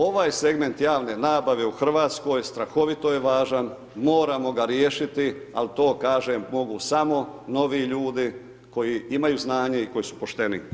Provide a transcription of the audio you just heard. Ovaj segment javne nabave u Hrvatskoj strahovito je važan, moramo ga riješiti ali to kažem mogu samo novi ljudi koji imaju znanje i koji su pošteni.